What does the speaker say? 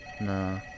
Nah